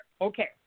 Okay